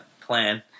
plan